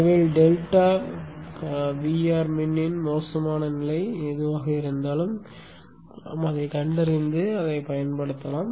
எனவே delta Vrmin இன் மோசமான நிலை எதுவாக இருந்தாலும் அதைக் கண்டறிந்து அதைப் பயன்படுத்தவும்